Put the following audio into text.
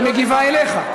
היא מגיבה אליך.